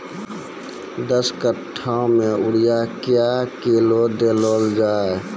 दस कट्ठा मे यूरिया क्या किलो देलो जाय?